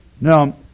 Now